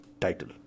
title